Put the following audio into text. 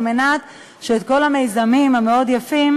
כדי שכל המיזמים המאוד-יפים,